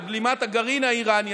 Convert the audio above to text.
לבלימת הגרעין האיראני,